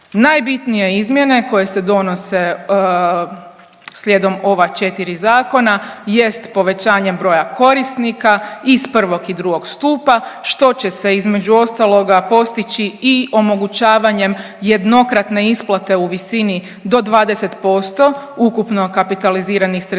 Najbitnije koje se donose slijedom ove četiri zakona jest povećanje broja korisnika iz prvog i drugog stupa što će se između ostaloga postići i omogućavanjem jednokratne isplate u visini do 20% ukupno kapitaliziranih sredstava